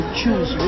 choose